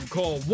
Call